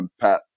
pat